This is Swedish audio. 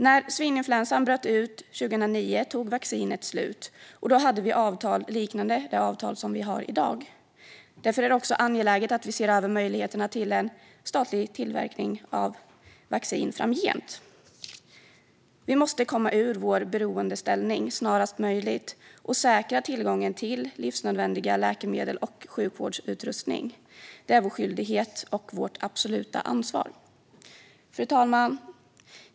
När svininfluensan bröt ut 2009 tog vaccinet slut. Då hade vi avtal liknande det avtal som vi har i dag. Därför är det också angeläget att vi ser över möjligheterna till en statlig tillverkning av vaccin framgent. Vi måste snarast möjligt komma ur vår beroendeställning och säkra tillgången till livsnödvändiga läkemedel och sjukvårdsutrustning. Det är vår skyldighet och vårt absoluta ansvar. Fru talman!